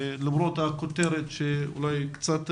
למרות הכותרת שאולי קצת רחוקה,